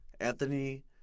Anthony